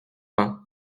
vingt